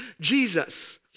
Jesus